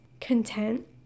content